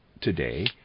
today